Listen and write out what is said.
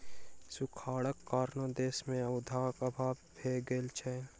सूखाड़क कारणेँ देस मे खाद्यक अभाव भ गेल छल